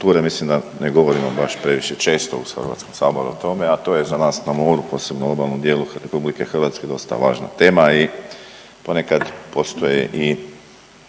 mislim da ne govorimo baš previše često u HS o tome, a to je za nas na moru, posebno obalnom dijelu RH dosta važna tema i ponekad postoje i